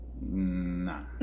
Nah